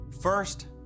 First